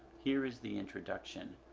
here is the introduction.